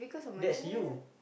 that's you